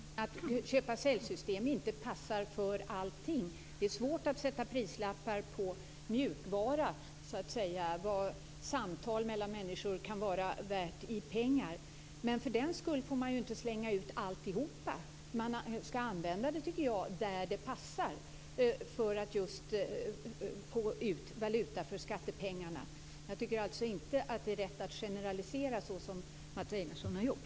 Fru talman! Det är riktigt som Mats Einarsson säger att köp-och-sälj-system inte passar för allting. Det är svårt att sätta prislappar på mjukvara och t.ex. avgöra vad samtal mellan människor kan vara värt i pengar. Men för den skull får man ju inte slänga ut alltihopa. Man skall använda detta, tycker jag, där det passar, för att få ut valuta för skattepengarna. Jag tycker alltså inte att det är rätt att generalisera så som Mats Einarsson har gjort.